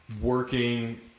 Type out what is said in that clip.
Working